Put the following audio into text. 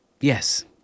Yes